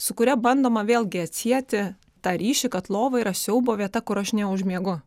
su kuria bandoma vėlgi atsieti tą ryšį kad lova yra siaubo vieta kur aš neužmiegu